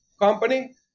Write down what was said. company